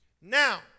Now